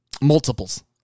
Multiples